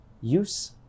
use